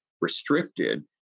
restricted